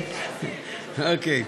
אוקיי.